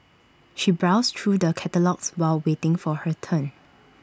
she browsed through the catalogues while waiting for her turn